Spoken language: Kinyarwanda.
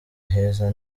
heza